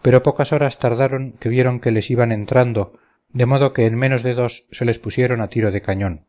pero pocas horas tardaron que vieron que les iban entrando de modo que en menos de dos se les pusieron a tiro de cañón